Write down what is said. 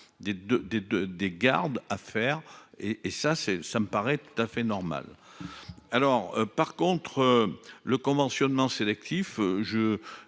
des gardes à faire et et ça c'est, ça me paraît tout à fait normal. Alors par contre le conventionnement sélectif